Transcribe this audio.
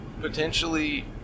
potentially